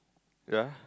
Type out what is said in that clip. ya